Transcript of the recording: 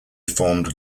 formed